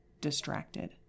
distracted